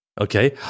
Okay